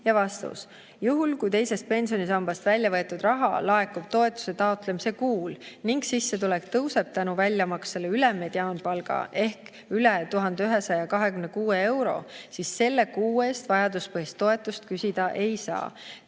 Vastus: juhul kui teisest pensionisambast välja võetud raha laekub toetuse taotlemise kuul ning sissetulek tõuseb tänu väljamaksele üle mediaanpalga ehk üle 1126 euro, siis selle kuu eest vajaduspõhist toetust küsida ei saa.